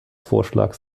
vorschlags